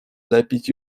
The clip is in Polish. lepić